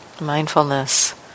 Mindfulness